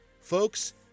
Folks